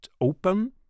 open